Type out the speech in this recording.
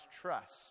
trust